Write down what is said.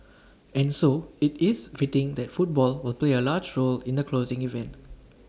and so IT is fitting that football will do your large role in the closing event